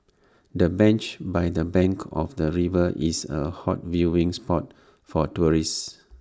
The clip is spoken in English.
the bench by the bank of the river is A hot viewing spot for tourists